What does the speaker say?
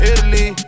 Italy